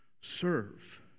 serve